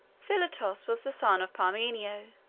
philotas was the son of parmenio,